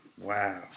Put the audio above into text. wow